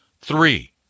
Three